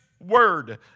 word